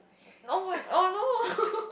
oh my oh no